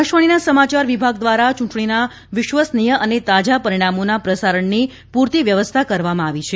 આકાશવાણીના સમાચાર વિભાગ દ્વારા ચૂંટણીના વિશ્વસનીય અને તાજાં પરિણામોના પ્રસારણની પૂરતી વ્યવસ્થા કરવામાં આવી છે